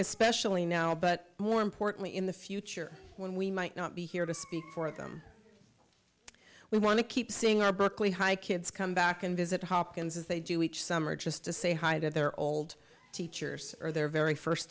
especially now but more importantly in the future when we might not be here to speak for them we want to keep seeing our berkeley high kids come back and visit hopkins as they do each summer just to say hi to their old teachers or their very first